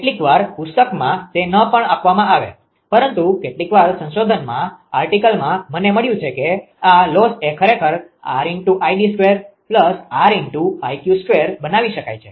કેટલીકવાર પુસ્તકમાં તે ન પણ આપવામાં આવે પરંતુ કેટલીક વાર સંશોધન આર્ટીકલમાં મને મળ્યું છે કે આ લોસ એ ખરેખર બનાવી શકાય છે